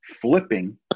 flipping